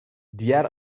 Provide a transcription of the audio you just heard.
diğer